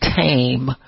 tame